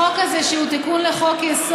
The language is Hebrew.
החוק הזה, שהוא תיקון לחוק-יסוד,